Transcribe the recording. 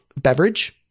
beverage